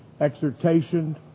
exhortation